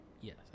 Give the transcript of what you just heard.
yes